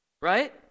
Right